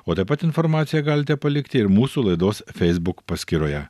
o taip pat informaciją galite palikti ir mūsų laidos feisbuk paskyroje